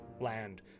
land